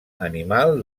animal